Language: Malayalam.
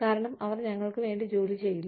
കാരണം അവർ ഞങ്ങൾക്ക് വേണ്ടി ജോലി ചെയില്ല